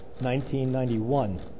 1991